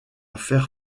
faire